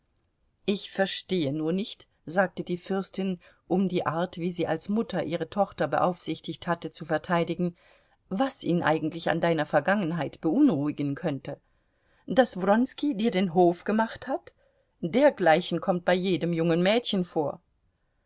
ich verstehe nur nicht sagte die fürstin um die art wie sie als mutter ihre tochter beaufsichtigt hatte zu verteidigen was ihn eigentlich an deiner vergangenheit beunruhigen könnte daß wronski dir den hof gemacht hat dergleichen kommt bei jedem jungen mädchen vor